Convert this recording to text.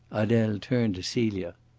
adele turned to celia.